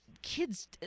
kids